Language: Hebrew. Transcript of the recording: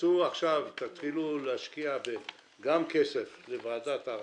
תתחילו להשקיע גם כסף בוועדת ערר,